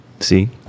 See